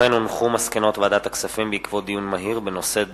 מסקנות ועדת הכספים בעקבות דיון מהיר בנושא: